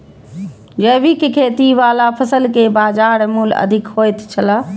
जैविक खेती वाला फसल के बाजार मूल्य अधिक होयत छला